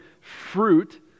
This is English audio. fruit